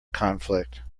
conflict